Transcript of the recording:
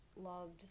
loved